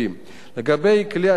לגבי כלי התקשורת,